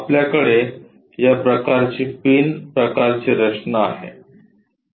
आपल्याकडे या प्रकारची पिन प्रकारची रचना आहे